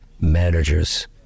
managers